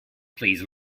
please